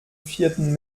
vierten